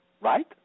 Right